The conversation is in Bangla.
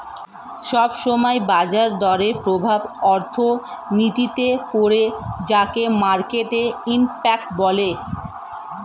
সব সময় বাজার দরের প্রভাব অর্থনীতিতে পড়ে যাকে মার্কেট ইমপ্যাক্ট বলে